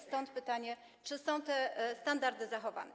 Stąd pytanie: Czy te standardy są zachowane?